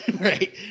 right